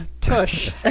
tush